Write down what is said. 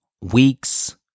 weeks